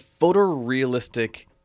photorealistic